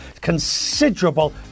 considerable